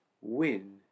win